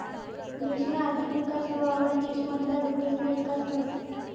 देशना आर्थिक विकास व्हवावर देश मधला लोकसना ईकास व्हस